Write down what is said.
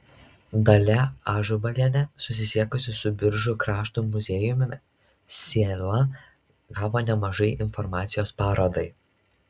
dalia ažubalienė susisiekusi su biržų krašto muziejumi sėla gavo nemažai informacijos parodai